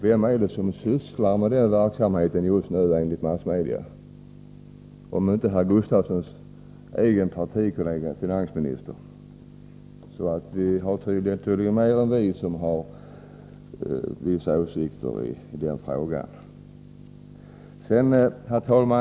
Vem är det som, enligt massmedia, nu sysslar med den verksamheten om inte herr Gustafssons egen partikollega finansministern? Det är tydligen fler än vi som har vissa åsikter i denna fråga. Herr talman!